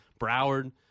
Broward